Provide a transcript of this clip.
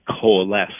coalesce